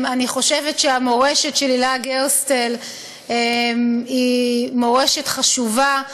אני חושבת שהמורשת של הילה גרסטל היא מורשת חשובה,